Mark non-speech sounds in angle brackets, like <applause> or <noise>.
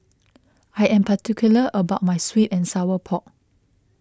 <noise> I am particular about my Sweet and Sour Pork <noise>